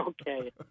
Okay